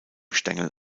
stängel